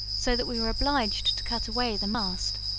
so that we were obliged to cut away the mast.